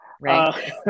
Right